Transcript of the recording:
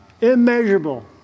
Immeasurable